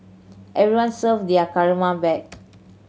everyone serve their karma back